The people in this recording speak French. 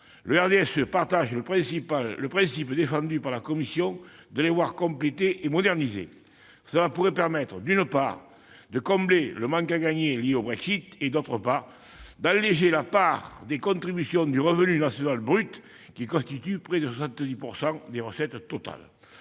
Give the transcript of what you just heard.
du RDSE partage le principe défendu par la Commission de les voir complétées et modernisées. Cela pourrait permettre, d'une part, de combler le manque à gagner lié au Brexit, et, d'autre part, d'alléger la part des contributions du revenu national brut qui constitue près de 70 % des recettes totales.